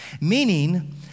meaning